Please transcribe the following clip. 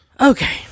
Okay